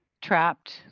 trapped